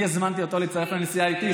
אני הזמנתי אותו להצטרף לנסיעה איתי,